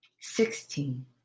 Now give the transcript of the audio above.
sixteen